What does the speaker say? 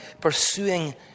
pursuing